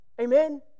Amen